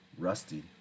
Rusty